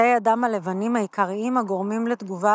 תאי הדם הלבנים העיקריים הגורמים לתגובה